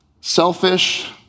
Selfish